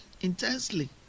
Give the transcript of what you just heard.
intensely